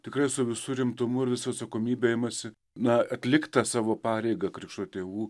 tikrai su visu rimtumu ir visa atsakomybe imasi na atlikt tą savo pareigą krikšto tėvų